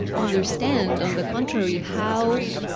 understand, on the contrary, how